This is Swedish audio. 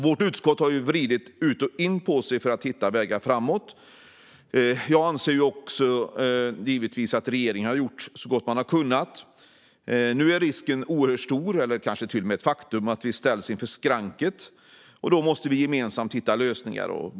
Vårt utskott har vridit ut och in på sig för att hitta vågar framåt. Jag anser givetvis att regeringen har gjort så gott man har kunnat. Nu är risken oerhört stor - eller det kanske till och med är ett faktum - att vi ställs inför skranket, och då måste vi gemensamt hitta lösningar.